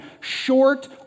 short